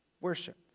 worship